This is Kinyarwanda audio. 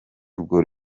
ubwo